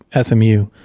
SMU